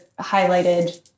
highlighted